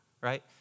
right